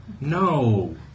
No